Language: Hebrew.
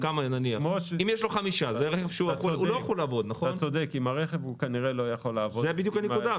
אתה צודק, עם הרכב כנראה הוא לא יוכל לעבוד, אבל